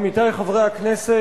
תודה רבה, עמיתי חברי הכנסת,